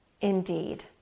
indeed